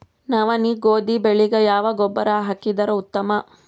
ನವನಿ, ಗೋಧಿ ಬೆಳಿಗ ಯಾವ ಗೊಬ್ಬರ ಹಾಕಿದರ ಉತ್ತಮ?